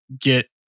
get